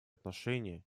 отношения